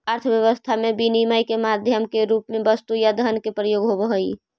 अर्थव्यवस्था में विनिमय के माध्यम के रूप में वस्तु या धन के प्रयोग होवऽ हई